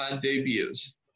debuts